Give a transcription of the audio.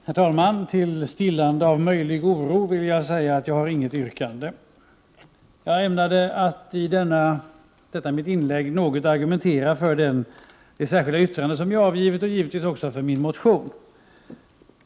Herr talman! Till stillande av möjlig oro vill jag säga att jag inte har något yrkande. Jag ämnar i detta mitt inlägg något argumentera för det särskilda yttrande som är avgivet, och givetvis också för min motion.